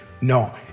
No